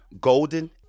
Golden